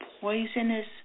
poisonous